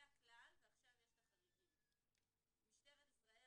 (1)משטרת ישראל,